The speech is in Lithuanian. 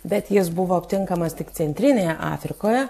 bet jis buvo aptinkamas tik centrinėje afrikoje